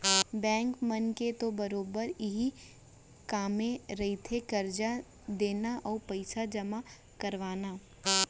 bank मन के तो बरोबर इहीं कामे रहिथे करजा देना अउ पइसा जमा करवाना